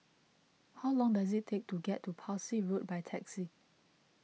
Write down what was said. how long does it take to get to Parsi Road by taxi